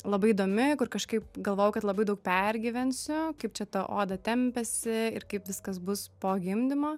labai įdomi kur kažkaip galvojau kad labai daug pergyvensiu kaip čia ta oda tempiasi ir kaip viskas bus po gimdymo